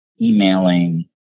emailing